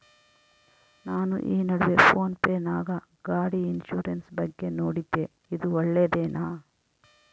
ನಾನು ಈ ನಡುವೆ ಫೋನ್ ಪೇ ನಾಗ ಗಾಡಿ ಇನ್ಸುರೆನ್ಸ್ ಬಗ್ಗೆ ನೋಡಿದ್ದೇ ಇದು ಒಳ್ಳೇದೇನಾ?